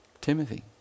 Timothy